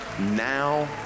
now